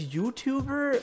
YouTuber